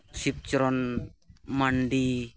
Sibcharan Mandi